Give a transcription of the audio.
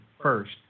first